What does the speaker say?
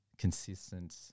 consistent